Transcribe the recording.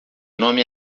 nome